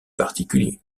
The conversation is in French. particulier